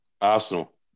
Arsenal